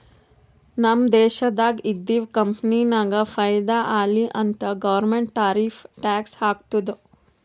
ನಮ್ ದೇಶ್ದಾಗ್ ಇದ್ದಿವ್ ಕಂಪನಿಗ ಫೈದಾ ಆಲಿ ಅಂತ್ ಗೌರ್ಮೆಂಟ್ ಟಾರಿಫ್ ಟ್ಯಾಕ್ಸ್ ಹಾಕ್ತುದ್